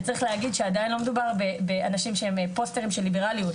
וצריך להגיד שעדיין לא מדובר באנשים שהם פוסטרים של ליברליות,